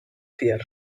fear